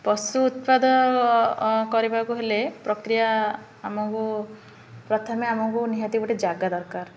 ପଶୁ ଉତ୍ପାଦ କରିବାକୁ ହେଲେ ପ୍ରକ୍ରିୟା ଆମକୁ ପ୍ରଥମେ ଆମକୁ ନିହାତି ଗୋଟେ ଜାଗା ଦରକାର